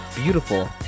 Beautiful